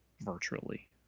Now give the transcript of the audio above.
virtually